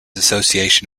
association